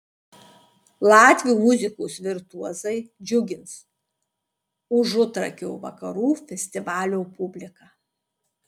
latvių muzikos virtuozai džiugins užutrakio vakarų festivalio publiką